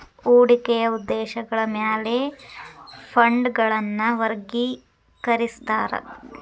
ಹೂಡಿಕೆಯ ಉದ್ದೇಶಗಳ ಮ್ಯಾಲೆ ಫಂಡ್ಗಳನ್ನ ವರ್ಗಿಕರಿಸ್ತಾರಾ